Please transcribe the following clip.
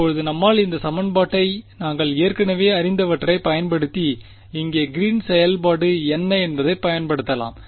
இப்போது நம்மால் இந்த சமன்பாட்டை நாங்கள் ஏற்கனவே அறிந்தவற்றைப் பயன்படுத்தி இங்கே கிரீன்ஸ் green's செயல்பாடு என்ன என்பதைப் பயன்படுத்தலாம்